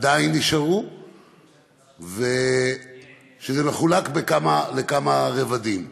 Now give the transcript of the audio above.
עדיין נשארו וזה מחולק לכמה רבדים.